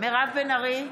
מירב בן ארי,